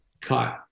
cut